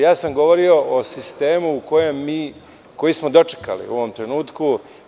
Ja sam govorio o sistemu koji smo mi dočekali u ovom trenutku.